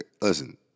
Listen